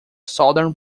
southern